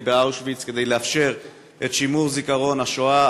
באושוויץ כדי לאפשר את שימור זיכרון השואה,